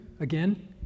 again